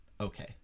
okay